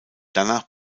danach